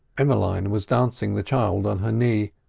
emmeline was dancing the child on her knee,